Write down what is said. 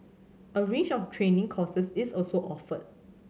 a range of training courses is also offered